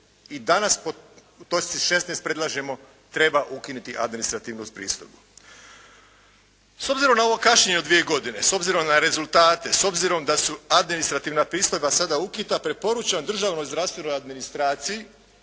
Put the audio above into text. i danas u točci 16. predlažemo treba ukiniti administrativnu pristojbu. S obzirom na ovo kašnjenje od dvije godine, s obzirom na rezultate, s obzirom da su administrativna pristojba sada ukinuta preporučam državnoj zdravstvenoj administraciji